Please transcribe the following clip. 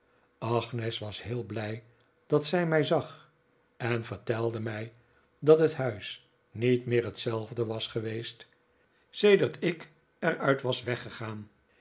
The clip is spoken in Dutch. agnes was heel blij dat zij mij zag en vertelde mij dat het huis niet meer hetzelfde was geweest sedert ik er uit was weggegaan